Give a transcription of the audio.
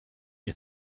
you